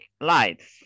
Lights